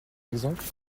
exemple